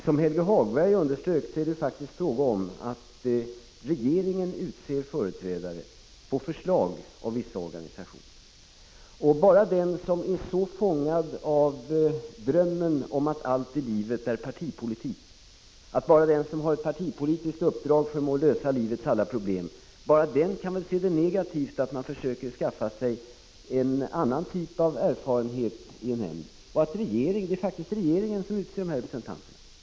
Som Helge Hagberg underströk är det faktiskt fråga om att regeringen skall utse företrädare, på förslag från vissa organisationer. Bara den som är fångad av drömmen om att allt i livet är partipolitik och att endast den som har partipolitiska uppdrag förmår lösa livets alla problem kan väl se det som negativt att man försöker tillföra nämnden en annan typ av erfarenhet. Det är faktiskt regeringen som utser de representanter som det gäller.